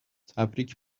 تبریک